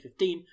2015